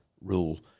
rule